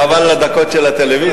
חבל על הדקות של הטלוויזיה.